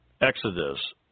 Exodus